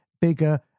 bigger